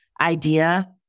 idea